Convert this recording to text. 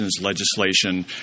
legislation